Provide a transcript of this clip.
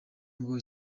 ngo